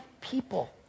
people